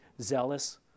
zealous